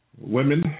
women